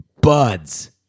buds